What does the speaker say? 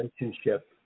relationship